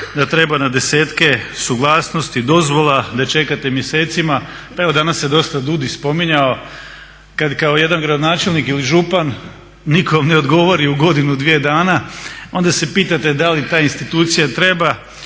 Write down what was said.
da treba na desetke suglasnosti, dozvola da čekate mjesecima, pa evo danas se dosta DUDI spominjao kada kao jedan gradonačelnik ili župan nikom ne odgovori u godinu ili dvije dana onda se pitate da li ta institucija treba